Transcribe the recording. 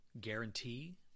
guarantee